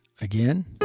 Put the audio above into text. Again